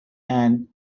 and